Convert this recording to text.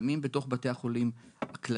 סמים בתוך בתי החולים הכלליים,